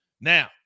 Now